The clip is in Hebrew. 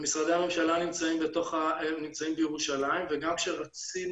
ומשרדי הממשלה נמצאים בירושלים וגם כשרציתי,